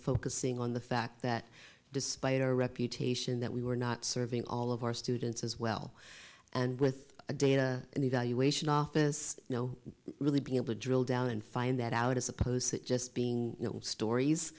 focusing on the fact that despite our reputation that we were not serving all of our students as well and with the data and evaluation office you know really being able to drill down and find that out as opposed to just being stories